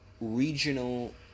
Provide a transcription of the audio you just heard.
regional